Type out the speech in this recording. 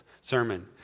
sermon